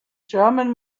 german